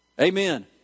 Amen